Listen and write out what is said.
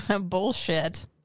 Bullshit